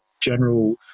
general